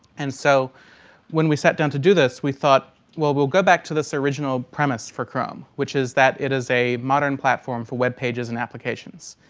and so when we sat down to do this we thought well we'll go back to this original premise for chrome, which is that it is a modern platform for webpages and applications.